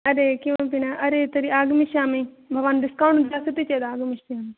अरे किमपि न अरे तर्हि आगमिष्यामि भवान् डिस्काौण्ट् दास्यति चेद् आगमिष्यामि